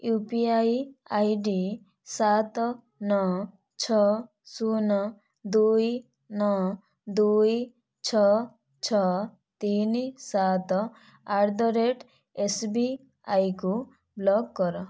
UPI ID ସାତ ନଅ ଛଅ ଶୂନ ଦୁଇ ନଅ ଦୁଇ ଛଅ ଛଅ ତିନି ସାତ ଆଟଦରେଟ ଏସ୍ବିଆଇ କୁ ବ୍ଲକ କର